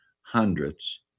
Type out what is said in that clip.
hundreds